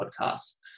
podcasts